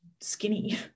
skinny